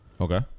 Okay